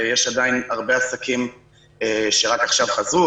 יש עדיין הרבה עסקים שרק עכשיו חזרו,